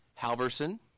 Halverson